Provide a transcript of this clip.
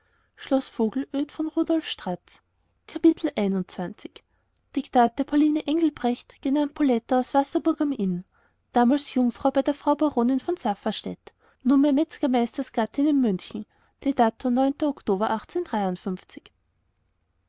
der pauline engelbrecht genannt poletta aus wasserburg am inn damals jungfer bei der frau baronin von safferstätt nunmehr metzgermeistersgattin in münchen